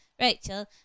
rachel